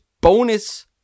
bonus